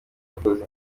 bakozi